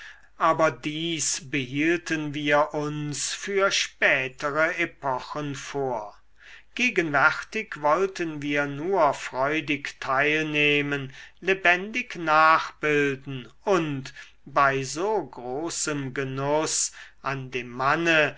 aber dies behielten wir uns für spätere epochen vor gegenwärtig wollten wir nur freudig teilnehmen lebendig nachbilden und bei so großem genuß an dem manne